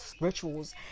rituals